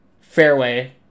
Fairway